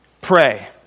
pray